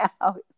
out